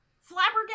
flabbergasted